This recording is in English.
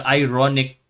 ironic